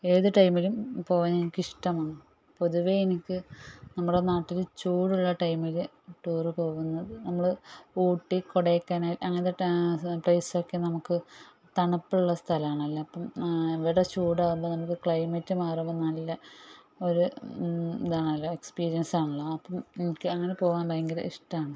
ഏത് ടൈമിലും പോകാൻ എനിക്ക് ഇഷ്ടമാണ് പൊതുവേ എനിക്ക് നമ്മുടെ നാട്ടില് ചൂടുള്ള ടൈമില് ടൂറ് പോകുന്നത് നമ്മള് ഊട്ടി കൊടൈക്കനാൽ അങ്ങനത്തെ പ്ലേസ് നമുക്ക് തണുപ്പുള്ള സ്ഥലമാണല്ലോ അപ്പം ഇവിടെ ചൂടാകുമ്പോൾ നമുക്ക് ക്ലൈമറ്റ് മാറുമ്പോൾ നല്ല ഒരു ഇതാണല്ലോ എക്സ്പീരിയൻസ് ആണല്ലോ അപ്പം എനിക്ക് അങ്ങനെ പോകാൻ ഭയങ്കര ഇഷ്ടമാണ്